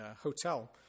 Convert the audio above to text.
hotel